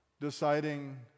deciding